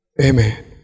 Amen